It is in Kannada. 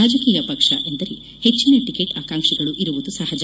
ರಾಜಕೀಯ ಪಕ್ಷ ಎಂದರೆ ಹೆಚ್ಚಿನ ಟಿಕೆಟ್ ಆಕಾಂಕ್ಷಿಗಳು ಇರುವುದು ಸಹಜ